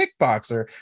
kickboxer